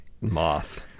moth